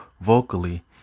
vocally